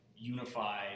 unify